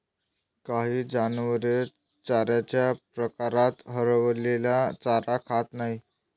काही जनावरे चाऱ्याच्या प्रकारात हरवलेला चारा खात नाहीत